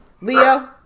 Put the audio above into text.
Leo